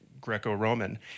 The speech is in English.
Greco-Roman